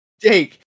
Jake